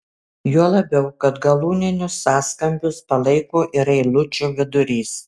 juo labiau kad galūninius sąskambius palaiko ir eilučių vidurys